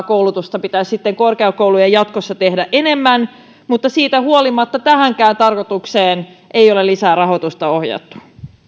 koulutusta pitäisi korkeakoulujen sitten jatkossa tehdä enemmän mutta siitä huolimatta tähänkään tarkoitukseen ei ole lisää rahoitusta ohjattu